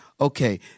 Okay